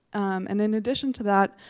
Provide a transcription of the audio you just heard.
and in addition to that,